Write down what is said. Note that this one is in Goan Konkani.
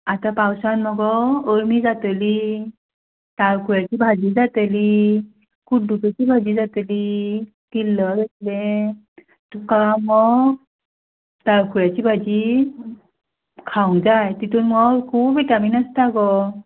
आतां पावसान मगो अळमी जातली ताळकुळ्याची भाजी जातली कुड्डुचेची भाजी जातली किल्ल जात्लें तुका हांव मगो ताळखुळ्याची भाजी खावंक जाय तितून मगो खूब विटामीन आसता गो